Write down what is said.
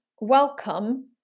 welcome